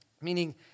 meaning